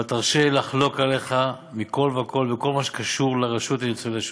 אבל תרשה לי לחלוק עליך מכול וכול בכל מה שקשור לרשות לניצולי השואה.